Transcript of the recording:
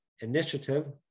initiative